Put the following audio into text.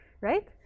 right